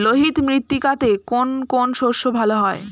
লোহিত মৃত্তিকাতে কোন কোন শস্য ভালো হয়?